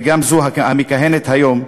וגם זו המכהנת היום,